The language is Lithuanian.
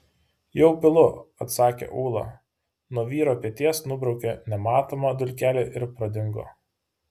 jau pilu atsakė ūla nuo vyro peties nubraukė nematomą dulkelę ir pradingo